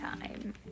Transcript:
time